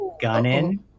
Gunnin